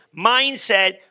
mindset